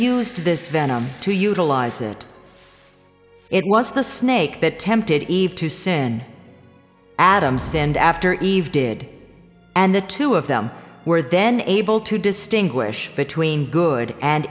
to this venom to utilize it it was the snake that tempted eve to sin adam sinned after eve did and the two of them were then able to distinguish between good and